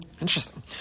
Interesting